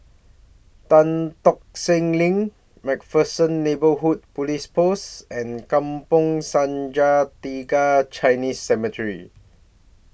Tan Tock Seng LINK MacPherson Neighbourhood Police Post and Kampong Sungai Tiga Chinese Cemetery